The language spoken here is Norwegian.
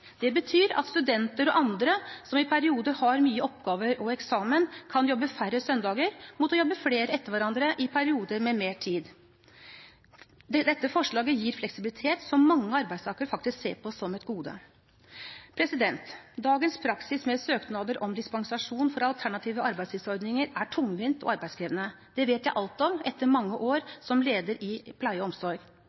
Det betyr at studenter og andre som i perioder har mye oppgaver og eksamen, kan jobbe færre søndager mot å jobbe flere etter hverandre i perioder med mer tid. Dette forslaget gir en fleksibilitet som mange arbeidstakere faktisk ser på som et gode. Dagens praksis med søknader om dispensasjon for alternative arbeidstidsordninger er tungvint og arbeidskrevende. Det vet jeg alt om etter mange år som leder i pleie og omsorg.